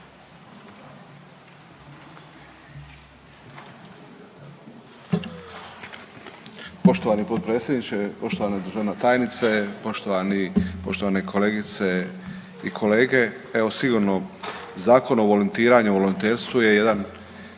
Poštovani potpredsjedniče, poštovana državna tajnice, poštovane kolegice i kolege. Evo sigurno Zakon o volontiranju i volonterstvu je jedan